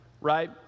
right